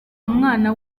umwana